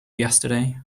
yesterday